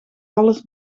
alles